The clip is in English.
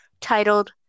titled